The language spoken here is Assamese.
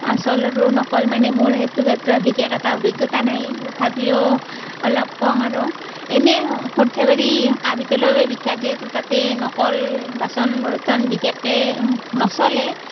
আচল আৰু নকল মানে মোৰ সেইটো ক্ষেত্ৰত বিশেষ এটা অভিজ্ঞতা নাই তথাপিও অলপ কওঁ আৰু এনেই সৰ্থেবাৰী কাঁহ পিতলৰ বাবে বিখ্যাত যিহেতু তাতেই নকল বাচন বৰ্তন বিশেষকৈ নচলে